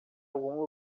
algum